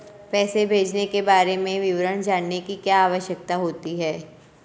पैसे भेजने के बारे में विवरण जानने की क्या आवश्यकता होती है?